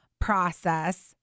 process